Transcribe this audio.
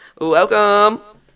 Welcome